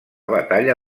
batalla